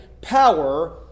power